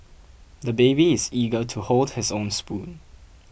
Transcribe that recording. the baby is eager to hold his own spoon